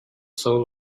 soul